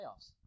playoffs